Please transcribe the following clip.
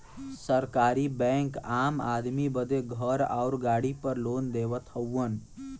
सरकारी बैंक आम आदमी बदे घर आउर गाड़ी पर लोन देवत हउवन